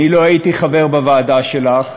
אני לא הייתי חבר בוועדה שלך,